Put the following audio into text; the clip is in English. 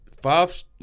Five